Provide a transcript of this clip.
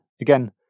Again